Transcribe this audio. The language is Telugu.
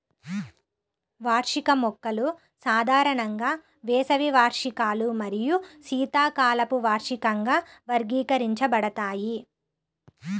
వార్షిక మొక్కలు సాధారణంగా వేసవి వార్షికాలు మరియు శీతాకాలపు వార్షికంగా వర్గీకరించబడతాయి